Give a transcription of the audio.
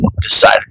decided